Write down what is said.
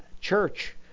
church